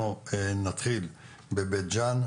אנחנו נתחיל בבית ג'ן,